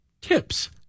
tips